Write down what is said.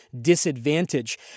disadvantage